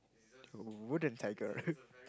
wooden tiger